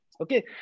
Okay